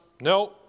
No